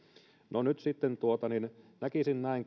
no nyt sitten näkisin kuitenkin näin